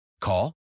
Call